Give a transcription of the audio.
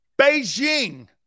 Beijing